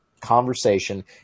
conversation